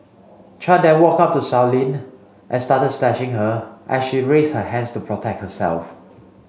Chan then walked up to Sow Lin and started slashing her as she raised her hands to protect herself